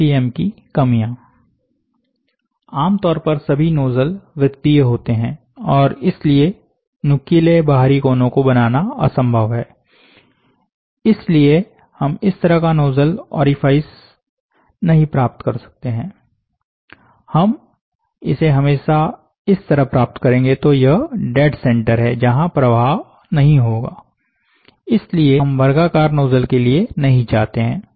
FDM की कमियां आमतौर पर सभी नोजल वृत्तीय होते हैं और इसलिए नुकीले बाहरी कोनों को बनाना असंभव है इसलिए हम इस तरह का नोजल ऑरिफाईस नहीं प्राप्त कर सकते हैं हम इसे हमेशा इस तरह प्राप्त करेंगे तो यह डेड सेंटर है जहां प्रभाव नहीं होगा इसलिए हम वर्गाकार नोजल के लिए नहीं जाते हैं